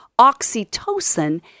oxytocin